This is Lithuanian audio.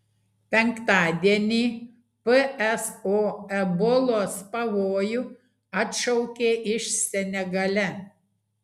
penktadienį pso ebolos pavojų atšaukė iš senegale